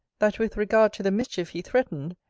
that with regard to the mischief he threatened,